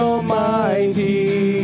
Almighty